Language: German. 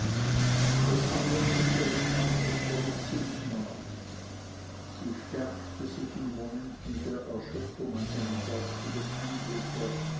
das andenken ihres vaters verließ sie niemals sie stärkte sich in momenten der erschöpfung an seinem geistigen anblicke